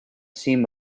seem